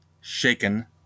shaken